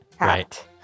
right